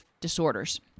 disorders